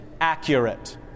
accurate